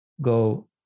go